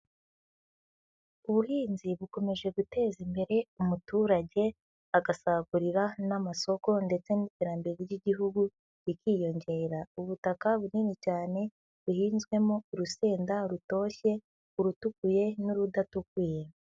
Ubuhinzi bukomeje guteza imbere umuturage, agasagurira n'amasoko, ndetse n'iterambere ry'igihugu rikiyongera. Ubutaka bunini cyane buhinzwemo urusenda rutoshye, urutukuye n'urudatukuye.